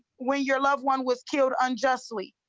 when your loved one was killed unjustly.